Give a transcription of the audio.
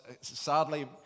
sadly